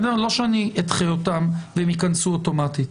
לא שאני אדחה אותן והן יכנסו אוטומטית.